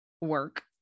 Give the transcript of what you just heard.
work